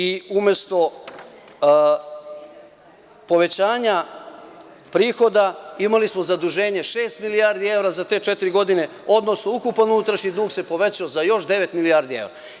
I umesto povećanja prihoda, imali smo zaduženje šest milijardi evra za te četiri godine, odnosno ukupan unutrašnji dug se povećao za još devet milijardi evra.